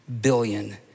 billion